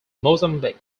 mozambique